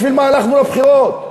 בשביל מה הלכנו לבחירות?